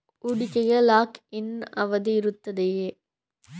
ಹೂಡಿಕೆಗೆ lock in ಅವಧಿ ಇರುತ್ತದೆಯೇ?